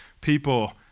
people